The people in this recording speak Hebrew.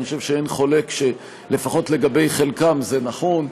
אני חושב שאין חולק שלפחות לגבי חלקם זה נכון,